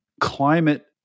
climate